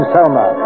Selma